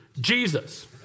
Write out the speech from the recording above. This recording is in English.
Jesus